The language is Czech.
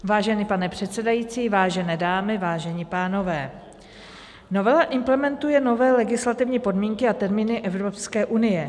Vážený pane předsedající, vážené dámy, vážení pánové, novela implementuje nové legislativní podmínky a termíny Evropské unie.